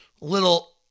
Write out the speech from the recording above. little